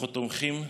אנחנו תומכים,